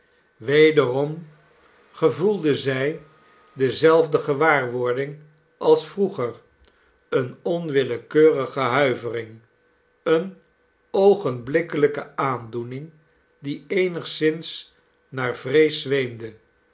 menschen hen zij dezelfde gewaarwording als vroeger eene onwillekeurige huivering eene oogenblikkelijke aandoening die eenigszins naar vrees zweemde